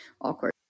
awkward